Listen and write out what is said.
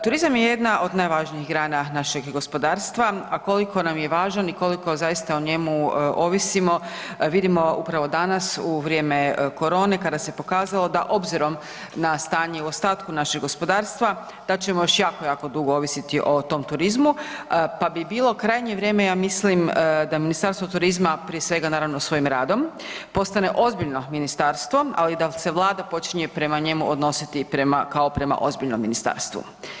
Turizam je jedna od najvažnijih grana našeg gospodarstva, a koliko nam je važan i koliko zaista o njemu ovisimo vidimo upravo danas u vrijeme korone kada se pokazalo da obzirom na stanje u ostatku našeg gospodarstva da ćemo još jako, jako dugo ovisiti o tom turizmu, pa bi bilo krajnje vrijeme, ja mislim da Ministarstvo turizma prije svega naravno svojim radom, postane ozbiljno ministarstvo, ali i da se vlada počinje prema njemu odnositi prema, kao prema ozbiljnom ministarstvu.